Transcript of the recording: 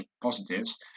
positives